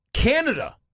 Canada